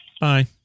Bye